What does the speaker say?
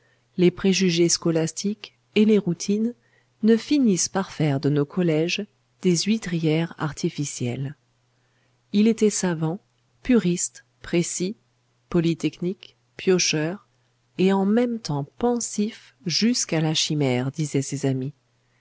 les préjugés scolastiques et les routines ne finissent par faire de nos collèges des huîtrières artificielles il était savant puriste précis polytechnique piocheur et en même temps pensif jusqu'à la chimère disaient ses amis